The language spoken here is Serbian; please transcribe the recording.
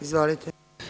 Izvolite.